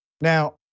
Now